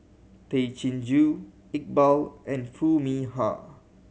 Tay Chin Joo Iqbal and Foo Mee Har